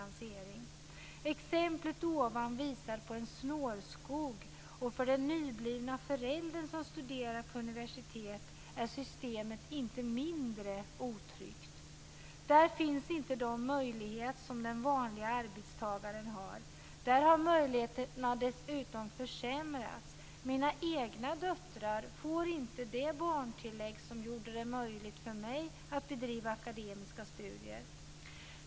Det nyss redovisade exemplet visar på en snårskog, och för en nybliven förälder som studerar på universitet är systemet inte mindre otryggt. Det ger inte de möjligheter som den vanliga arbetstagaren har. Möjligheterna har dessutom försämrats. Mina egna döttrar får inte det barntillägg som gjorde det möjligt för mig att bedriva akademiska studier.